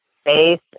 space